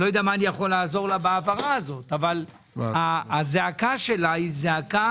לא יודע מה אני יכול לעזור לה בהעברה הזו אבל הזעקה שלה היא אמיתית,